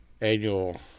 Annual